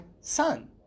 Son